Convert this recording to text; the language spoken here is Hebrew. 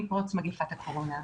עם פרוץ מגפת הקורונה,